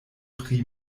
pri